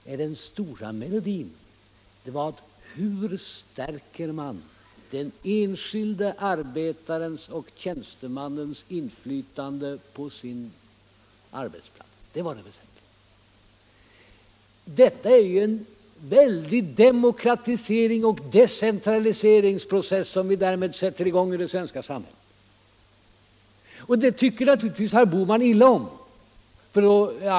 Nej, den stora melodin var: Hur stärker man den enskilde arbetarens och tjänstemannens inflytande på sin arbetsplats? Det var det väsentliga. Det är ju en väldig demokratiseringsoch decentraliseringsprocess som vi därmed sätter i gång i det svenska samhället. Och detta tycker naturligtvis herr Bohman illa om.